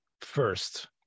first